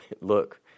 look